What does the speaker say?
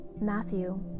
Matthew